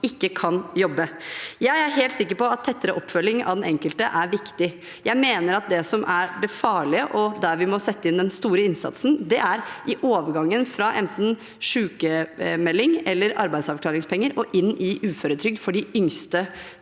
Jeg er helt sikker på at tettere oppfølging av den enkelte er viktig. Jeg mener at det farlige punktet, og der vi må sette inn den store innsatsen, er i overgangen fra enten sykmelding eller arbeidsavklaringspenger og inn i uføretrygd for de yngste